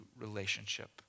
relationship